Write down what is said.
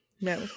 No